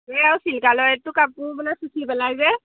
এয়া চিল্কালয়টো কাপোৰ মানে চুছি পেলাই যে